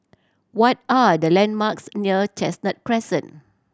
what are the landmarks near Chestnut Crescent